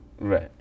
right